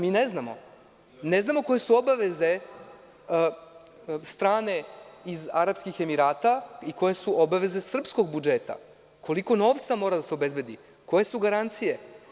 Mi ne znamo koje su obaveze strane iz Arapskih Emirata i koje su obaveze srpskog budžeta, koliko novca mora da se obezbedi i koje su garancije.